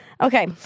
Okay